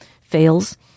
fails